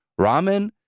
ramen